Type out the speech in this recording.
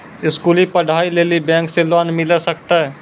स्कूली पढ़ाई लेली बैंक से लोन मिले सकते?